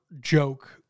joke